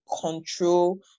control